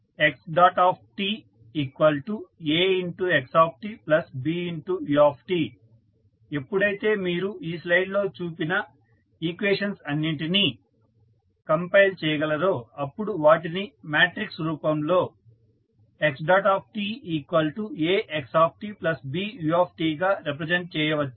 xtAxtBu ఎప్పుడైతే మీరు ఈ స్లైడ్ లో చూసిన ఈక్వేషన్స్ అన్నింటినీ కంపైల్ చేయగలరో అప్పుడు వాటిని మాట్రిక్స్ రూపంలో xtAxtBuగా రిప్రజెంట్ చేయవచ్చు